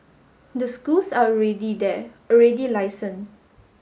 the schools are already there already licensed